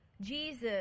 Jesus